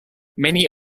many